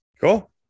Cool